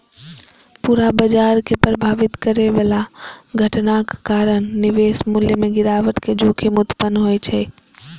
पूरा बाजार कें प्रभावित करै बला घटनाक कारण निवेश मूल्य मे गिरावट के जोखिम उत्पन्न होइ छै